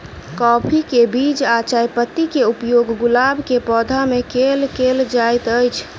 काफी केँ बीज आ चायपत्ती केँ उपयोग गुलाब केँ पौधा मे केल केल जाइत अछि?